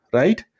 right